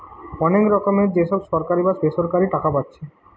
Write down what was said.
অনেক রকমের যে সব সরকারি বা বেসরকারি টাকা পাচ্ছে